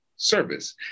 service